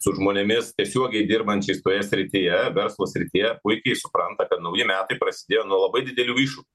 su žmonėmis tiesiogiai dirbančiais toje srityje verslo srityje puikiai supranta kad nauji metai prasidėjo nuo labai didelių iššūk